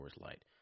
Light